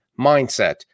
mindset